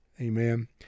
Amen